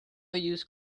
use